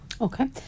Okay